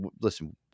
listen